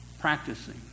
practicing